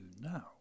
now